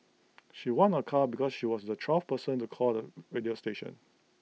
she won A car because she was the twelfth person to call the radio station